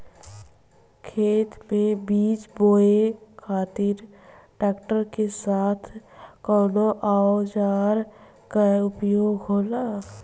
खेत में बीज बोए खातिर ट्रैक्टर के साथ कउना औजार क उपयोग होला?